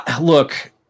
Look